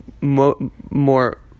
more